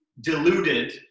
deluded